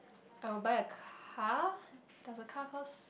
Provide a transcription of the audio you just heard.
I would buy a car does a car cost